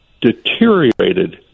deteriorated